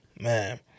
Man